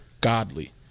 godly